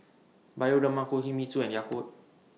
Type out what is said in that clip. Bioderma Kinohimitsu and Yakult